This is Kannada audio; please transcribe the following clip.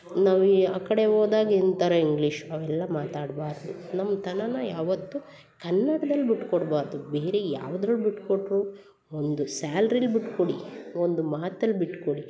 ನಾವೀ ಆ ಕಡೆ ಹೋದಾಗ ಇನ್ನೊಂದು ಥರ ಇಂಗ್ಲೀಷ್ ಅವೆಲ್ಲ ಮಾತಾಡಬಾರ್ದು ನಮ್ಮ ತನನ ಯಾವತ್ತೂ ಕನ್ನಡದಲ್ಲಿ ಬಿಟ್ಟು ಕೊಡಬಾರ್ದು ಬೇರೆ ಯಾವ್ದ್ರಲ್ಲಿ ಬಿಟ್ಕೊಟ್ರೂ ಒಂದು ಸ್ಯಾಲ್ರಿಯಲ್ಲಿ ಬಿಟ್ಟು ಕೊಡಿ ಒಂದು ಮಾತಲ್ಲಿ ಬಿಟ್ಕೊಡಿ